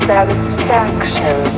Satisfaction